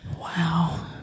wow